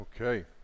okay